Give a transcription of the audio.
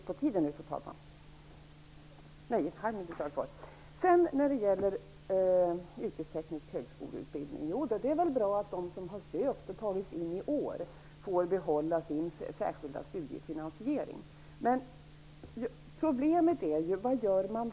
Vad gäller den yrkestekniska utbildningen anser jag att det är bra att de studenter som sökt och tagits in i år får behålla sin särskilda studiefinansiering. Men problemet är vad man gör sedan.